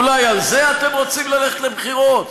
אולי על זה אתם רוצים ללכת לבחירות?